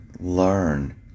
learn